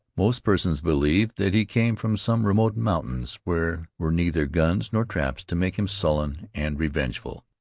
most persons believed that he came from some remote mountains where were neither guns nor traps to make him sullen and revengeful.